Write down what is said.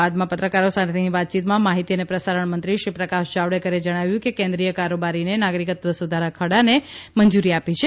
બાદમાં પત્રકારો સાથેની વાતચીતમાં માહીતી અને પ્રસારણ મંત્રીશ્રી પ્રકાશ જાવડેકરે જણાવ્યું કે કેન્દ્રિય કારોબારીએ નાગરિકત્વ સુધારા ખરડાને મંજૂરી આપી છે